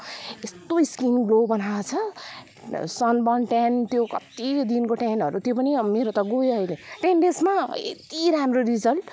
यस्तो skin glow बनाएको छ सनबर्न टेन्ट त्यो कतिदिनको टेन्टहरू त्यो पनि मेरो त गयो अहिले टेन डेजमा यत्ति राम्रो रिजल्ट